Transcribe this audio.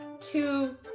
two